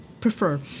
prefer